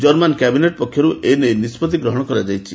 German cabinet ପକ୍ଷରୁ ଏ ନେଇ ନିଷ୍ପଭି ଗ୍ରହଣ କରାଯାଇଛି